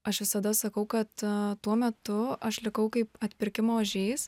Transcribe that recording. aš visada sakau kad tuo metu aš likau kaip atpirkimo ožys